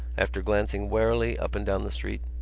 after glancing warily up and down the street,